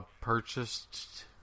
purchased